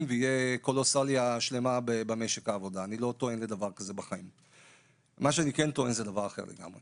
ותהיה קולוסליה שלמה במשק העבודה; מה שאני כן טוען זה דבר אחר לגמרי